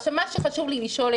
חשוב לי לשאול,